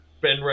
Ben